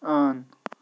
on